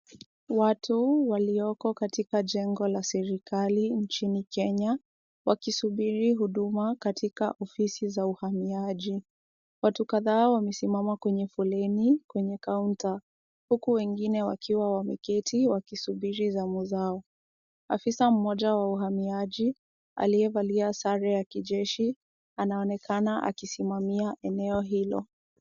Watu walioko katika jengo la serikali nchini Kenya, wakisubiri huduma katika ofisi za uhamiaji. Watu kadhaa wamesimama katika foleni kwenye kaunta, huku wengine wakiwa wameketi wakisubiri zamu zao. Afisa mmoja wa uhamiaji, aliyevalia sare ya kijeshi, anaonekana akisimamia eneo hilo.